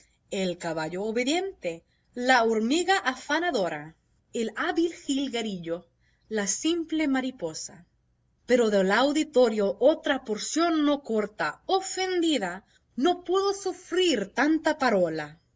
el caballo obediente la hormiga afanadora el hábil jilguerillo la simple mariposa pero del auditorio otra porción no corta ofendida no pudo sufrir tanta parola